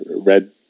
Red